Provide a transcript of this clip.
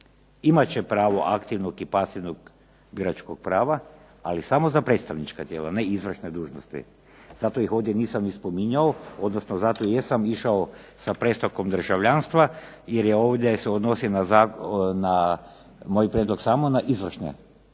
imat će pravo aktivnog i pasivnog biračkog prava ali samo za predstavnička tijela, ne izvršne dužnosti. Zato ih ovdje nisam ni spominjao, odnosno zato jesam išao sa predstavkom državljanstva, jer se ovdje odnosi moj prijedlog samo na izvršne.